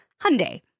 Hyundai